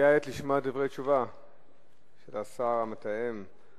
הגיעה העת לשמוע דברי תשובה של השר המתאם,